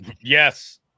yes